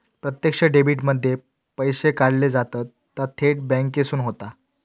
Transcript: प्रत्यक्ष डेबीट मध्ये पैशे काढले जातत ता थेट बॅन्केसून होता